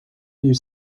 you